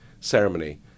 ceremony